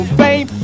fame